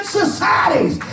societies